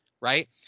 right